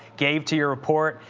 gave to your report.